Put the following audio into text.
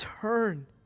turn